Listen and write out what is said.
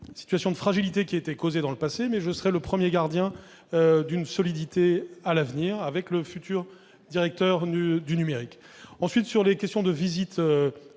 situations de fragilité aient été causées dans le passé, mais je serai le premier gardien d'une solidité à l'avenir, avec le futur directeur du numérique. Les visites dont vous